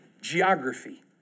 geography